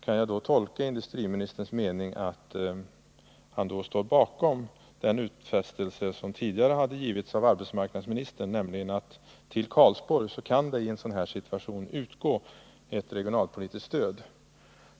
Får jag tolka industriministerns mening så att han står bakom den utfästelse som tidigare har givits av arbetsmarknadsministern, nämligen att till Karlsborg i en sådan situation kan utgå ett regionalpolitiskt stöd?